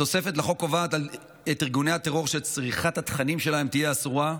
התוספת לחוק קובעת את ארגוני הטרור שצריכת התכנים שלהם תהיה אסורה.